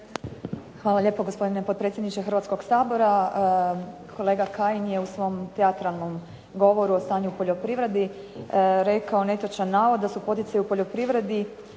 Hvala lijepo gospodine potpredsjedniče Hrvatskog sabora. Kolega Kajin je u svom teatralnom govoru o stanju u poljoprivredi rekao netočan navod da su poticaji u poljoprivredi